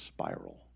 spiral